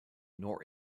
nor